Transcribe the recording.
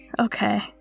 Okay